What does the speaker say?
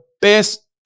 best